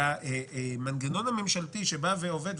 והמנגנון הממשלתי שעובד,